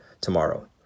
tomorrow